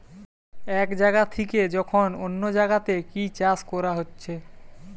এক জাগা থিকে যখন অন্য জাগাতে কি চাষ কোরা হচ্ছে